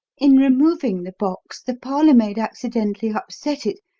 in removing the box the parlour-maid accidentally upset it,